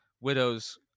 widows